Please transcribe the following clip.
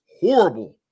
horrible